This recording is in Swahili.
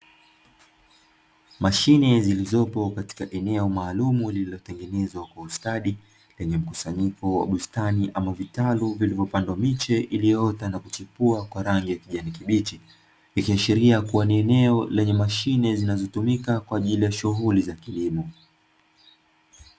Mashine zilizopo katika eneo maalumu lililotengenezwa kwa ustadi, lenye mkusanyiko wa bustani ama vitalu vilivyopandwa miche iliyoota na kuchipua kwa rangi ya kijani kibichi. Likiashiria kuwa ni eneo lenye mashine zinazotumika kwa ajili ya shughuli za kilimo.